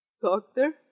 Doctor